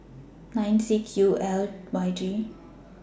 nine six U L Y G